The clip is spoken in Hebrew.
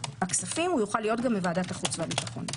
הכספים הוא יוכל להיות גם מוועדת החוץ והביטחון.